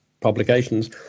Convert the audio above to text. publications